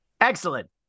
Excellent